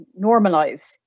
normalize